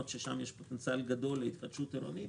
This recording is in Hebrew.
שבהן יש פוטנציאל גדול להתחדשות עירונית,